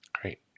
Great